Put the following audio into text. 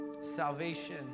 Salvation